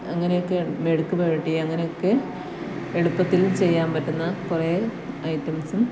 അങ്ങനെയൊക്കെ മെഴുക്കുപുരട്ടി അങ്ങനെയൊക്കെ എളുപ്പത്തിൽ ചെയ്യാൻ പറ്റുന്ന കുറേ ഐറ്റംസും